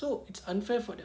so it's unfair for them